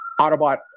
Autobot